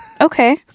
Okay